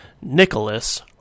Nicholas